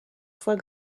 foie